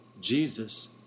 Jesus